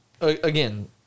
again